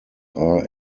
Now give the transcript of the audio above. are